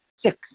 Six